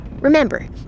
Remember